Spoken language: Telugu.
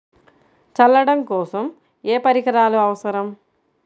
చల్లడం కోసం ఏ పరికరాలు అవసరం?